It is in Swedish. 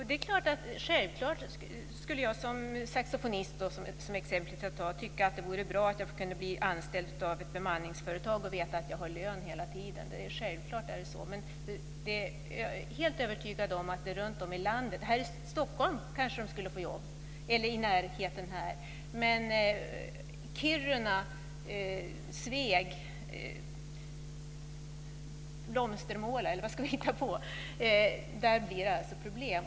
Fru talman! Det är klart att jag som saxofonist, som exemplet var, skulle tycka att det vore bra om jag kunde bli anställd av ett bemanningsföretag och veta att jag hade lön hela tiden. Självklart är det så. Här i Stockholm skulle de kanske också få jobb, och här i närheten, men i Kiruna, i Sveg och i Blomstermåla blir det problem.